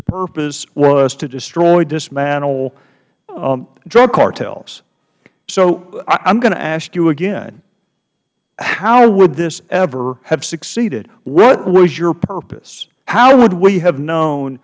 the purpose was to destroy and dismantle drug cartels so i'm going to ask you again how would this ever have succeeded what was your purpose how would we have known